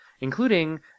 including